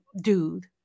dude